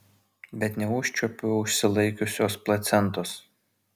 bet neužčiuopiu užsilaikiusios placentos